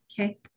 okay